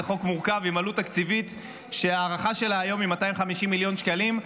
זה חוק מורכב עם עלות תקציבית שההערכה שלה היום היא 250 מיליון שקלים,